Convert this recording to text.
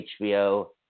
HBO